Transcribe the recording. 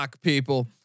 people